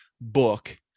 book